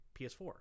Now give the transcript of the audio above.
PS4